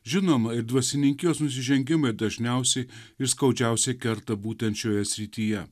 žinoma ir dvasininkijos nusižengimai dažniausiai ir skaudžiausiai kerta būtent šioje srityje